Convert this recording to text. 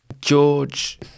George